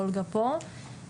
אולגה פה בזום,